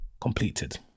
completed